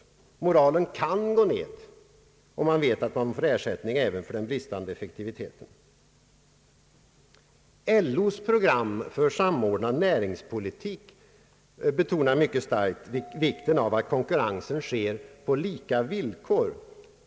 Moralen kan gå ned om man vet att ersättning lämnas även för den bristande effektiviteten. LO:s program för »Samordnad näringspolitik» betonar mycket starkt vikten av att konkurrensen sker på lika villkor.